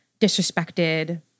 disrespected